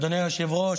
אדוני היושב-ראש,